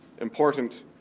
important